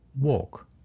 Walk